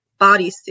bodysuit